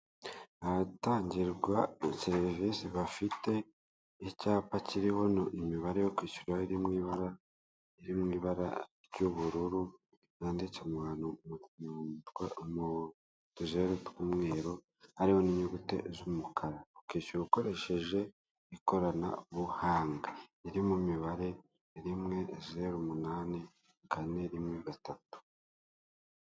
Iri iduka ricururizwamo ibintu bigiye bitandukanye harimo ibitenge abagore bambara bikabafasha kwirinda kugaragaza ubwambure bwabo.